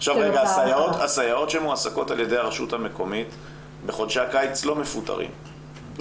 הסייעות שמועסקות על ידי הרשות המקומית בחודשי הקיץ לא מפוטרות?